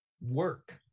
work